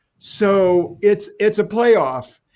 so it's it's a playoff.